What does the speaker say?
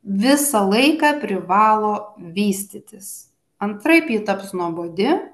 visą laiką privalo vystytis antraip ji taps nuobodi